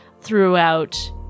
throughout